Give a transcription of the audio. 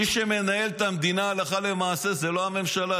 מי שמנהל את המדינה הלכה למעשה זה לא הממשלה.